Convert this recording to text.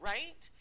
Right